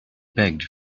begged